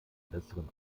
besseren